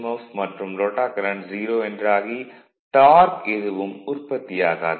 F மற்றும் rotor current 0 என்றாகி torque எதுவும் உற்பத்தியாகாது